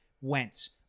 Wentz